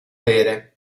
bere